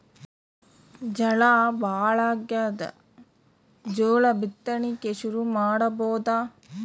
ಝಳಾ ಭಾಳಾಗ್ಯಾದ, ಜೋಳ ಬಿತ್ತಣಿಕಿ ಶುರು ಮಾಡಬೋದ?